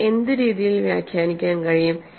നമുക്ക് എന്ത് രീതിയിൽ വ്യാഖ്യാനിക്കാൻ കഴിയും